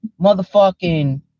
motherfucking